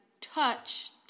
touched